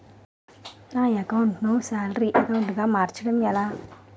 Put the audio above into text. నా అకౌంట్ ను salary account గా మార్చటం ఎలా?